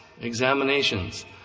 examinations